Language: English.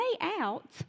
out